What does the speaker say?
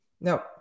no